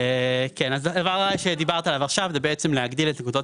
מה שדיברת עליו עכשיו זה בעצם להגדיל את נקודות